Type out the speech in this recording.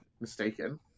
mistaken